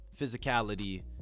physicality